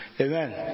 Amen